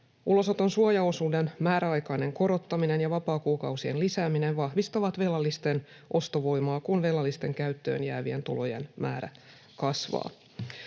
Ulosoton suojaosuuden määräaikainen korottaminen ja vapaakuukausien lisääminen vahvistavat velallisten ostovoimaa, kun velallisten käyttöön jäävien tulojen määrä kasvaa.